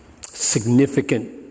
significant